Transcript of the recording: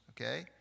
okay